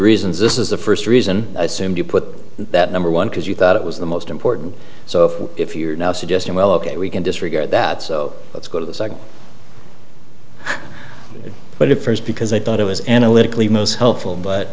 reasons this is the first reason i assumed you put that number one because you thought it was the most important so if you're now suggesting well ok we can disregard that so let's go to the second but if it's because i thought it was analytically most helpful but